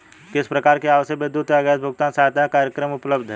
किस प्रकार के आवासीय विद्युत या गैस भुगतान सहायता कार्यक्रम उपलब्ध हैं?